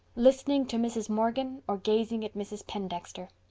listening to mrs. morgan or gazing at mrs. pendexter.